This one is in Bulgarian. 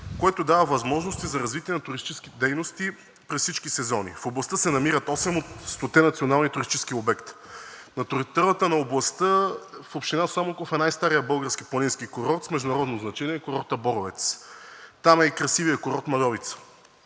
което дава възможности за развитие на туристическите дейности през всички сезони. В областта се намират осем от 100-те национални туристически обекта. На територията на областта в община Самоков е най-старият български планински курорт с международно значение – курортът Боровец. Там е и красивият курорт Мальовица.